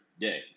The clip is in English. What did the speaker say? day